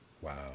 Wow